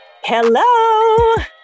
Hello